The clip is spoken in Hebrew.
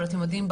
אבל אתם יודעים,